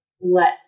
let